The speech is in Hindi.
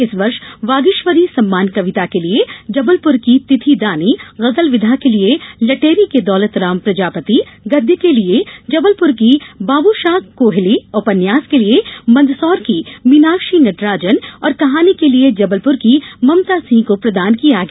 इस वर्ष वागीश्वरी सम्मान कविता के लिए जबलपुर की तिथि दानी गजल विधा के लिए लटेरी दौलतराम प्रजापति गद्य के लिए जबलपुर की बाबुषा कोहिली उपन्यास की लिए मंदसौर की मीनाक्षी नटराजन और कहानी के लिए जबलपुर की ममता सिंह को प्रदान किया गया